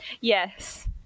Yes